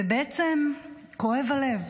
ובעצם כואב הלב,